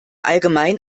allgemein